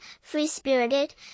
free-spirited